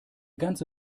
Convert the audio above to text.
ganze